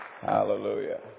Hallelujah